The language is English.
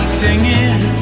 singing